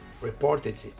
reported